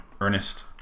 Ernest